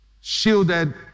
shielded